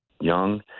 Young